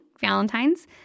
Valentine's